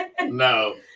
no